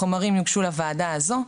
החומרים יוגשו לוועדה הזו,